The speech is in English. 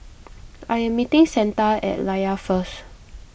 I am meeting Santa at Layar first